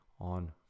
on